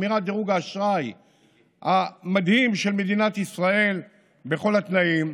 שמירת דירוג האשראי המדהים של מדינת ישראל בכל התנאים,